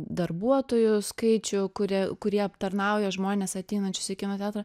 darbuotojų skaičių kurie kurie aptarnauja žmones ateinančius į kino teatrą